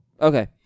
Okay